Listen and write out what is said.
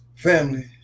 family